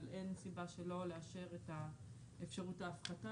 אבל אין סיבה שלא לאשר את אפשרות ההפחתה